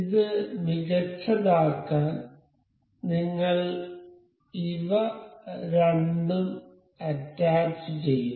ഇത് മികച്ചതാക്കാൻ നിങ്ങൾ ഇവ രണ്ടും അറ്റാച്ചുചെയ്യും